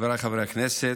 חבריי חברי הכנסת,